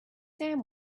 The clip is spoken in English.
sam